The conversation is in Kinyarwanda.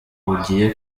ugiye